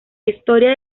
historia